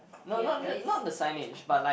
no no no no the signet but like